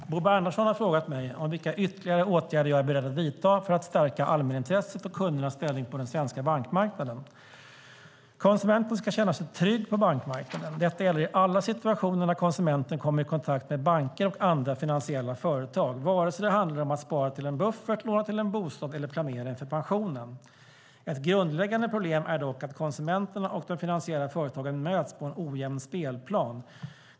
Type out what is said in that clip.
Fru talman! Bo Bernhardsson har frågat mig vilka ytterligare åtgärder jag är beredd att vidta för att stärka allmänintresset och kundernas ställning på den svenska bankmarknaden. Konsumenten ska kunna känna sig trygg på bankmarknaden. Detta gäller i alla situationer när konsumenten kommer i kontakt med banker och andra finansiella företag, vare sig det handlar om att spara till en buffert, låna till en bostad eller planera inför pensionen. Ett grundläggande problem är dock att konsumenterna och de finansiella företagen möts på en ojämn spelplan.